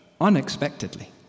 unexpectedly